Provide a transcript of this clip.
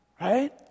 right